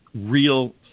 Real